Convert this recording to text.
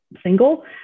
single